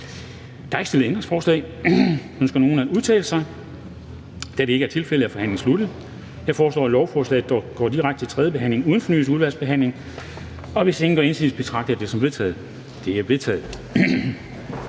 Der er ikke stillet ændringsforslag. Ønsker nogen at udtale sig? Da det ikke er tilfældet, er forhandlingen sluttet. Jeg foreslår, at lovforslaget går direkte til tredje behandling uden fornyet udvalgsbehandling. Hvis ingen gør indsigelse, betragter jeg dette som vedtaget. Det er vedtaget.